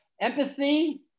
empathy